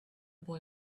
boy